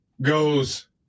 goes